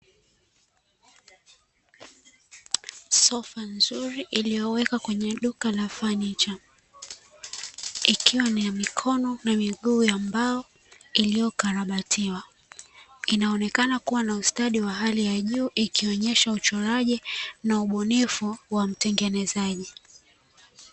Sofa nzuri iliyoweka kwenye duka la fanicha, ikiwa ni ya mikono na miguu ya mbao iliyokarabatiwa, inaonekana kuwa na ustadi wa hali ya juu ikionyesha uchoraji na ubunifu wa mtengenezaji.